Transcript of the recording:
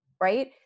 right